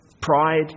pride